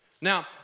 Now